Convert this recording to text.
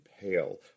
pale